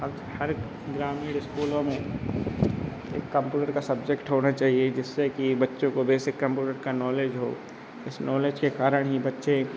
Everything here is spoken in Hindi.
अब हर ग्रामीण स्कूलों में एक कंपूटर का सब्जेक्ट होना चाहिए जिससे कि बच्चों को बेसिक कम्पुटर का नॉलेज हो इस नॉलेज के कारण ही बच्चे